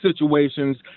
situations